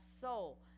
soul